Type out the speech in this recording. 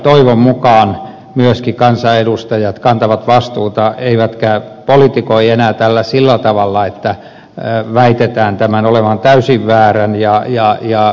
toivon mukaan myöskin kansanedustajat kantavat vastuuta eivätkä enää politikoi tällä sillä tavalla että väitetään tämän olevan täysin väärä